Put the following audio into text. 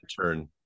turn